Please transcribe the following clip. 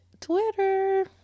Twitter